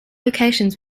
locations